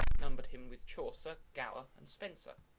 numbered him with chaucer, gower and spenser.